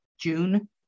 June